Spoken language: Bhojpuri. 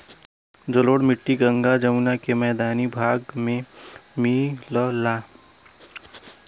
जलोढ़ मट्टी गंगा जमुना के मैदानी भाग में मिलला